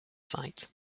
site